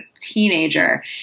teenager